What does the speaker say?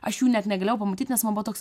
aš jų net negalėjau pamatyt nes man buvo toks